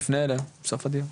נפנה אליהם בסוף הדיון,